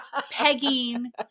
pegging